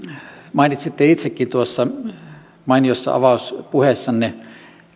mainitsitte itsekin tuossa mainiossa avauspuheessanne